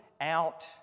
out